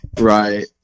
Right